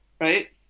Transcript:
right